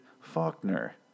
faulkner